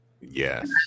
Yes